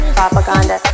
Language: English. propaganda